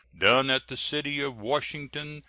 done at the city of washington,